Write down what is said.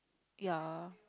ya